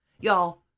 Y'all